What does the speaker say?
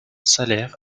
salaire